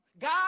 God